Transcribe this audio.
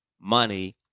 money